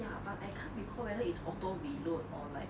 ya but I can't recall whether it's auto reload or like